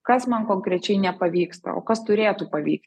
kas man konkrečiai nepavyksta o kas turėtų pavykt